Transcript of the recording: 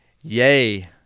Yay